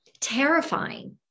terrifying